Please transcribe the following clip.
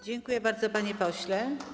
Dziękuję bardzo, panie pośle.